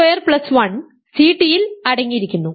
T square plus 1 Ct യിൽ അടങ്ങിയിരിക്കുന്നു